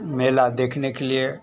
मेला देखने के लिए